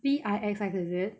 V_I_X_X is it